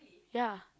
ya